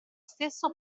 stesso